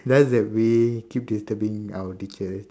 just that we keep disturbing our teacher